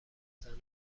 زنان